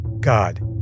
God